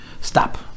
Stop